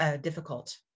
difficult